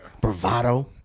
bravado